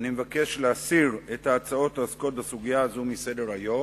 אני מבקש להסיר את ההצעות העוסקות בסוגיה הזו מסדר-היום.